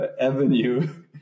avenue